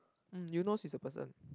mm Eunos is a person